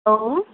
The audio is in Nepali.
हेलो